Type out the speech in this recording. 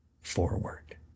forward